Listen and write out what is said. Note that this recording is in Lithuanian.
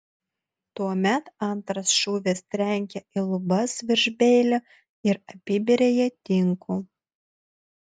tuomet antras šūvis trenkė į lubas virš beilio ir apibėrė jį tinku